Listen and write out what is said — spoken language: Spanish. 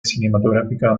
cinematográfica